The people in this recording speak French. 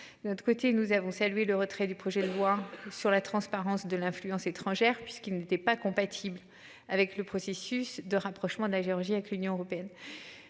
De notre côté, nous avons salué le retrait du projet de loi sur la transparence de l'influence étrangère puisqu'il n'était pas compatible avec le processus de rapprochement de la Géorgie avec l'Union européenne.